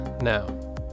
Now